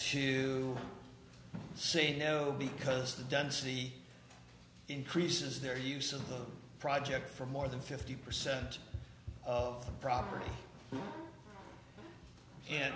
to say no because the density increases their use of the project for more than fifty percent of the property and